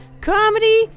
comedy